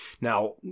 Now